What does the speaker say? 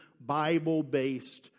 Bible-based